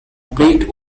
played